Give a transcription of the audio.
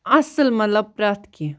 اَصٕل مطلب پرٛٮ۪تھ کینٛہہ